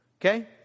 Okay